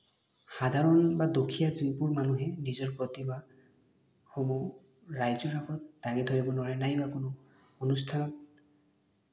সাধাৰণ বা দুখীয়া যিবোৰ মানুহে নিজৰ প্ৰতিভাসমূহ ৰাইজৰ আগত দাঙি ধৰিব নোৱাৰে নাইবা কোনো অনুষ্ঠানত